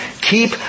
keep